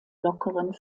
lockeren